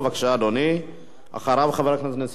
חבר הכנסת דב חנין.